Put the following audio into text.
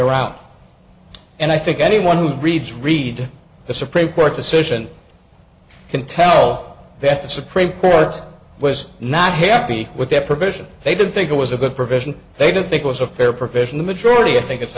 around and i think anyone who reads read the supreme court decision i can tell that the supreme court was not happy with that provision they didn't think it was a good provision they didn't think was a fair provision the majority of think it's